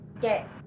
get